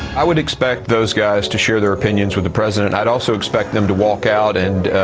i would expect those guys to share their opinions with the president i'd also expect them to walk out and,